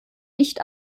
nicht